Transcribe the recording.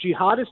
jihadist